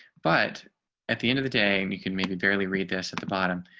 but at the end of the day, and you can maybe barely read this at the bottom,